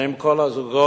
האם כל הזוגות